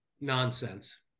nonsense